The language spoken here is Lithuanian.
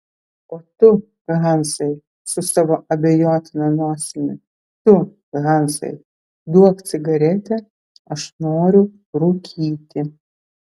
o tu hansai su savo abejotina nosimi tu hansai duok cigaretę aš noriu rūkyti